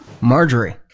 Marjorie